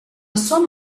somme